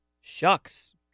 shucks